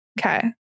okay